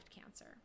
cancer